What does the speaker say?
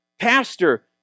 Pastor